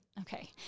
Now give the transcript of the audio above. okay